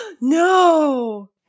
No